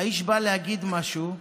האיש בא להגיד משהו,